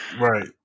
Right